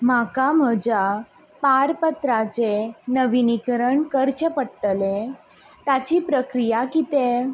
म्हाका म्हज्या पारपत्राचें नविनीकरण करचें पडटले ताची प्रक्रिया कितें